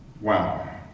Wow